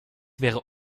wäre